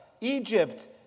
Egypt